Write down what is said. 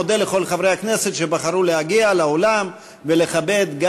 מודה לכל חברי הכנסת שבחרו להגיע לאולם ולכבד גם